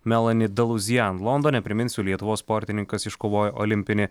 melani daluzyan londone priminsiu lietuvos sportininkas iškovojo olimpinį